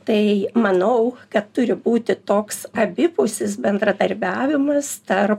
tai manau kad turi būti toks abipusis bendradarbiavimas tarp